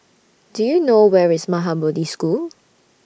Do YOU know Where IS Maha Bodhi School